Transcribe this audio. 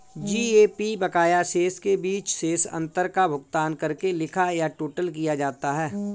GAP बकाया शेष के बीच शेष अंतर का भुगतान करके लिखा या टोटल किया जाता है